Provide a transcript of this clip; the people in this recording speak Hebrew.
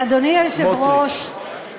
סמוֹטריץ.